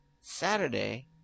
Saturday